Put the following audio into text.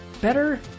better